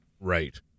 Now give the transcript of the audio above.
Right